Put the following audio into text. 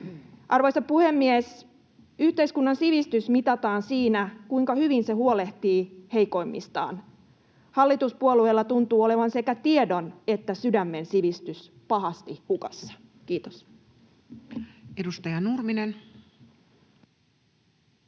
Arvoisa puhemies! Yhteiskunnan sivistys mitataan siinä, kuinka hyvin se huolehtii heikoimmistaan. Hallituspuolueilla tuntuu olevan sekä tiedon että sydämen sivistys pahasti hukassa. — Kiitos. [Speech